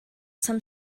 some